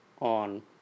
on